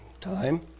time